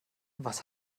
was